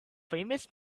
famous